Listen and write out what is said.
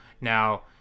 Now